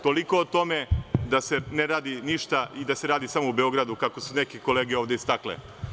Toliko o tome da se ne radi ništa i da se radi samo u Beogradu, kako su neke kolege ovde istakle.